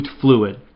fluid